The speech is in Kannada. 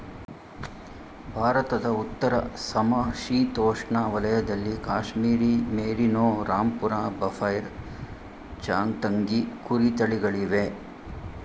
ಭಾರತದ ಉತ್ತರ ಸಮಶೀತೋಷ್ಣ ವಲಯದಲ್ಲಿ ಕಾಶ್ಮೀರಿ ಮೇರಿನೋ, ರಾಂಪುರ ಬಫೈರ್, ಚಾಂಗ್ತಂಗಿ ಕುರಿ ತಳಿಗಳಿವೆ